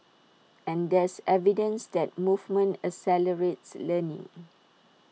and there's evidence that movement accelerates learning